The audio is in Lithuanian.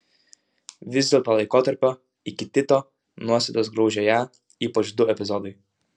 vis dėlto laikotarpio iki tito nuosėdos graužė ją ypač du epizodai